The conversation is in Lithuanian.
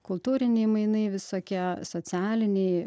kultūriniai mainai visokie socialiniai